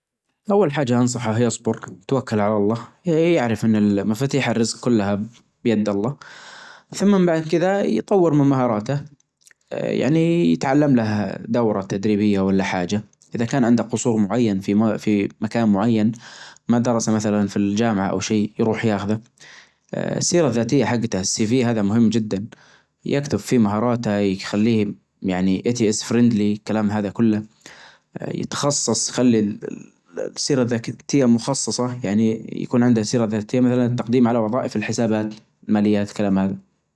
أول حاجة بنصحه أنه يختار وقت نوم ثابت مثلا بينام الساعة عشرة كل يوم ما تجي الساعة عشرة إلا هو نايم، أكيد يهيأ بيئة نوم مريحة هذا يأثر في نومه يتأكد أن الغرفة مظلمة ها-هادية إذا كنا في الحر يبرد الجو إذا كنا في الشتاء يدفي الغرفة وكدا، يتجنب أنه يستخدم الجوال ولا الكمبيوتر ولا التلفزيون جبل ما ينام بساعة أو على الاقل بنص ساعة لأن الضوء الأزرق يأثر على إنتاج هرمون كذا في الجسم ما ادري شسمه هذا المسؤول عن النوم.